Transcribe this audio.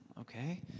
Okay